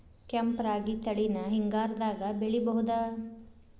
ಕೆಂಪ ರಾಗಿ ತಳಿನ ಹಿಂಗಾರದಾಗ ಬೆಳಿಬಹುದ?